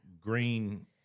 Green